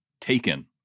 taken